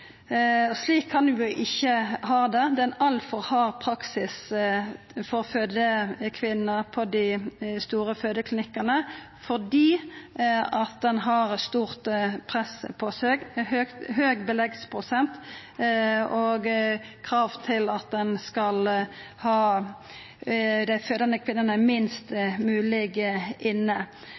heimefødslar. Slik kan ein ikkje ha det, det er ein altfor hard praksis for fødande kvinner på dei store fødeklinikkane, fordi ein har eit stort press på seg, med høg beleggsprosent og krav til at ein skal ha dei fødande kvinnene minst mogleg inne.